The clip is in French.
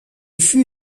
fut